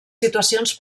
situacions